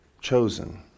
chosen